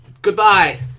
Goodbye